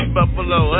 Buffalo